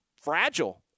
fragile